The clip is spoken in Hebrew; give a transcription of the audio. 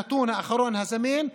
הנתון האחרון הזמין,